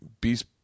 beast